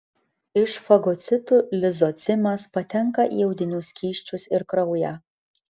iš fagocitų lizocimas patenka į audinių skysčius ir kraują